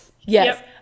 Yes